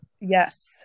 yes